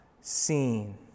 seen